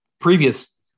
previous